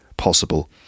possible